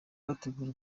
bategura